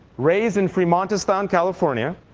raised in fremontistan, california,